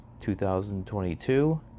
2022